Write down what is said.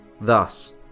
Thus